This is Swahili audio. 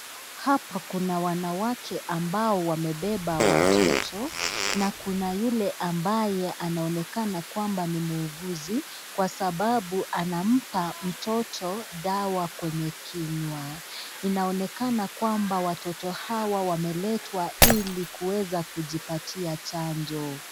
Hapa kuna wanawake ambao wamebeba watoto, na kuna yule ambaye anaonekana kwamba ni muuguzi, kwa sababu anampa mtoto dawa kwenye kinywa. Inaonekana kwamba watoto hawa wameletwa ilikuweza kujipatia chanjo.